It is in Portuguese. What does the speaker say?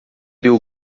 bill